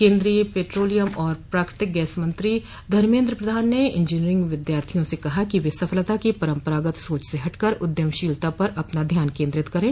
केन्द्रीय पेट्रोलियम और प्राकृतिक गैस मंत्री धर्मेन्द्र प्रधान ने इंजीनियरिंग विद्यार्थियों से कहा है कि वे सफलता की परम्परागत सोच से हटकर उद्यम शीलता पर अपना ध्यान केन्द्रति करें